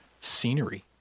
Scenery